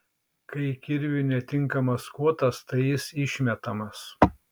kai kirviui netinkamas kotas tai jis išmetamas